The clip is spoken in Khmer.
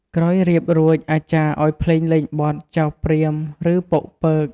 ក្រោយរៀបរួចអាចារ្យឲ្យភ្លេងលេងបទ ចៅព្រាមឬប៉ុកពើក។